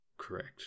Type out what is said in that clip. Correct